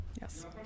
Yes